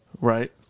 Right